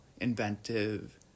inventive